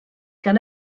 gan